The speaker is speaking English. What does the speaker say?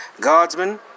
Guardsmen